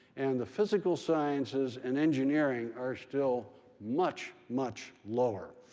and the physical sciences and engineering are still much, much lower.